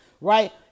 right